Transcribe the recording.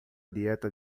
dieta